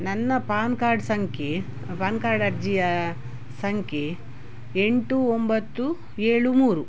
ನನ್ನ PAN card ಸಂಖ್ಯೆ PAN card ಅರ್ಜಿಯ ಸಂಖ್ಯೆ ಎಂಟು ಒಂಬತ್ತು ಏಳು ಮೂರು